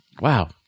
Wow